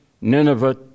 Nineveh